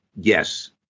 yes